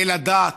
אל הדת,